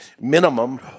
minimum